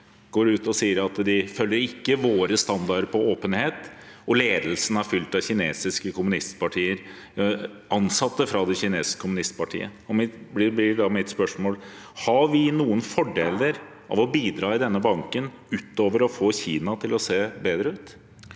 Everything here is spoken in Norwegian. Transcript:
og sa at de ikke følger våre standarder for åpenhet, og at ledelsen er fylt av ansatte fra det kinesiske kommunistpartiet. Da blir mitt spørsmål: Har vi noen fordeler av å bidra i denne banken utover å få Kina til å se bedre ut?